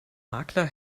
makler